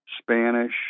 spanish